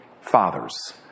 Fathers